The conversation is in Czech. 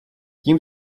tím